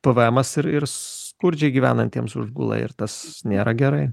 pvmas ir ir skurdžiai gyvenantiems užgula ir tas nėra gerai